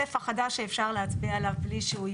החדש שאפשר להצביע עליו בלי שהוא ייפתח.